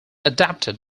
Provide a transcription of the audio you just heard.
adapted